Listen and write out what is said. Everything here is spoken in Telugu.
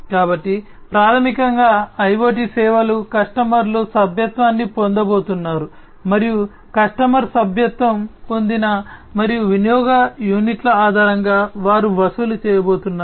కాబట్టి ప్రాథమికంగా IoT సేవలు కస్టమర్లు సభ్యత్వాన్ని పొందబోతున్నారు మరియు కస్టమర్ సభ్యత్వం పొందిన మరియు వినియోగ యూనిట్ల ఆధారంగా వారు వసూలు చేయబోతున్నారు